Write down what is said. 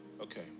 Okay